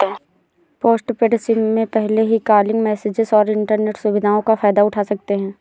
postpaid SIM में पहले ही कॉलिंग, मैसेजस और इन्टरनेट सुविधाओं का फायदा उठा सकते हैं